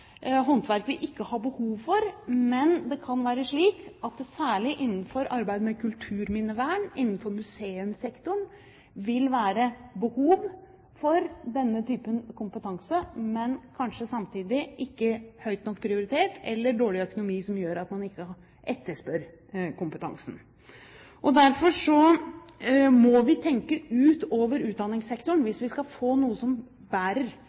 håndverk vi ikke har behov for. Særlig innenfor arbeid med kulturminnevern og innenfor museumssektoren kan det være behov for denne typen kompetanse, men samtidig er det kanskje ikke høyt nok prioritert, eller dårlig økonomi gjør at man ikke etterspør kompetansen. Derfor må vi tenke utover utdanningssektoren hvis vi skal få noe som bærer